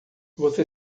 você